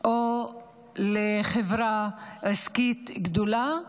או לחברה עסקית גדולה ומבקש.